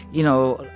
you know,